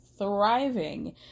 thriving